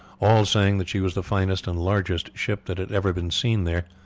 all saying that she was the finest and largest ship that had ever been seen there.